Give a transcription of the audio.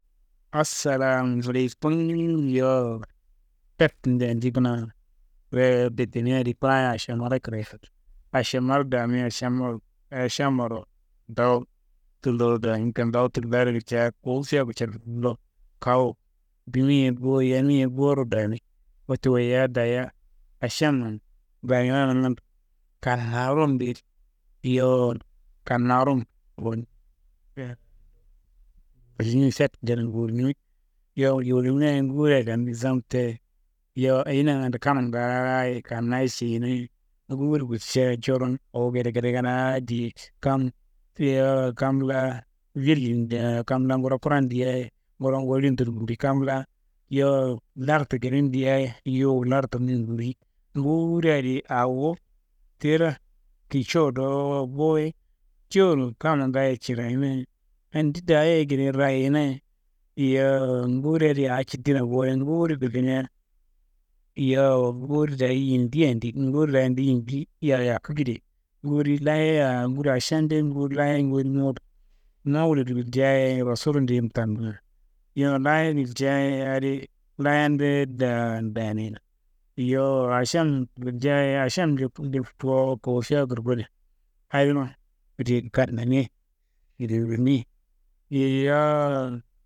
Assalamaleyikun, yowo fetnde yendi kunaa kereye fetenei adi kunaaye ašemmaro kereye. Ašemmaro damia, ašemmaro, ašemmaro kuntawu tulloro dami, kuntawu tullo adi guljaya, kowu feku callo, kawu bimi ye bo, yemi ye boro dami. Wote woyiya dayiya, ašeman dayina nangando kannarumu di, yowo kannarum, ašemma ngurinimi. Yowo ngurinimia ye, nguria daa nizam te- ye, yowo ayi nangando kamma ngaaye kannayi ceyinaye. Nguriyi gulcaya, curon awo gedegede kadaa diye, kam yowo kam laa villin daa kam laa nguro kura n dia- ye, nguro woli n tudu nguriyi, kam laa yowo lartu ngeden dia- ye yuwu lartungun nguwuriyi, nguriyi adi awo tiro kico wo dowo boye, jowuro kamma ngaayoyi cirayina ye, andi daa- ye ekedi rayena ye. Yowo nguriyi adi awo cittina boye, nguriyi gullimia, yowo nguriyi daa yindi yendi, nguriyi daa andi yindi ya yaku kedaye, nguriyi layeyiya, nguriyi ašenden, nguriyi layeyiyen, nguriyi mowulut, nguriyi mowulut. Mawulut wuljaye Rosulunde yim tambina, yowo layeyiya wuljaye adi layenumbe da ndanina, yowo ašemma wuljaye, ašemma bul fowok kawu fekuro gonin, adin kude kannane, ngurine, yowo.